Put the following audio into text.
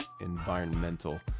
environmental